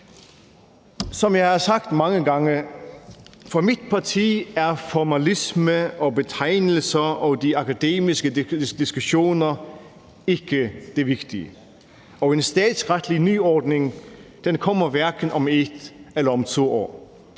Som jeg har sagt mange gange, er formalisme, betegnelser og de akademiske diskussioner ikke det vigtige for mit parti, og en statsretlig nyordning kommer hverken om 1 eller om 2 år,